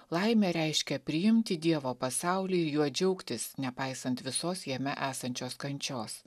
laimė reiškia priimti dievo pasaulį ir juo džiaugtis nepaisant visos jame esančios kančios